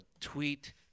tweet